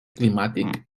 climàtic